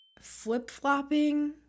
Flip-flopping